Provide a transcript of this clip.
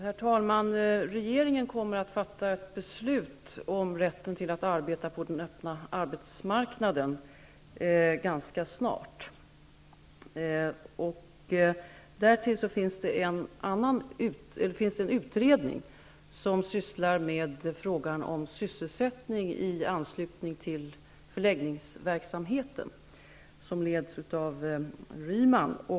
Herr talman! Regeringen kommer ganska snart att fatta ett beslut om flyktingars rätt att arbeta på den öppna arbetsmarknaden. Därtill finns en utredning som sysslar med frågan om sysselsättning i anslutning till förläggningsverksamheten och som leds av Ryman.